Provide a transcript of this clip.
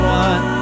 one